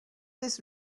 this